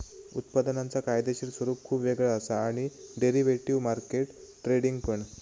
उत्पादनांचा कायदेशीर स्वरूप खुप वेगळा असा आणि डेरिव्हेटिव्ह मार्केट ट्रेडिंग पण